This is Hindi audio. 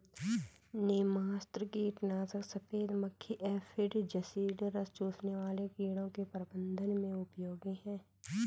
नीमास्त्र कीटनाशक सफेद मक्खी एफिड जसीड रस चूसने वाले कीड़ों के प्रबंधन में उपयोगी है